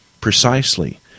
precisely